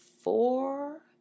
four